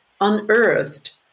unearthed